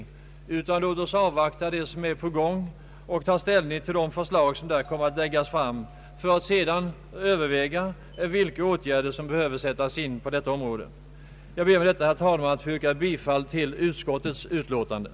Låt oss i stället avvakta det som nu är på gång och sedan ta ställning till de förslag som kommer att framläggas, varefter det kan övervägas vilka åtgärder som behöver vidtas på detta område. Jag ber med dessa ord, herr talman, att få yrka bifall till utskottets hemställan.